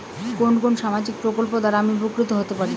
কোন কোন সামাজিক প্রকল্প দ্বারা আমি উপকৃত হতে পারি?